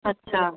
अच्छा